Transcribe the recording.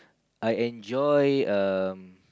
I enjoy um